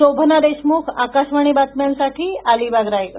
शोभना देशमुख आकाशवाणी बातम्यांसाठी अलिबाग रायगड